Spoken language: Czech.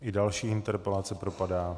I další interpelace propadá.